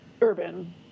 urban